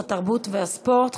התרבות והספורט,